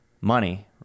money